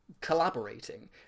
Collaborating